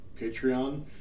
patreon